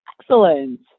Excellent